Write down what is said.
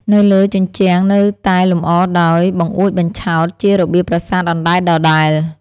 នៅលើ ជញ្ជាំងនៅតែលម្អដោយ បង្អួចបញ្ឆោត ជារបៀបប្រាសាទអណ្តែតដដែល។